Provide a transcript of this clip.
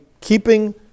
keeping